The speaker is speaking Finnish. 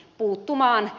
puuttumaan